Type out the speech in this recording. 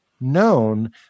known